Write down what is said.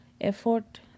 effort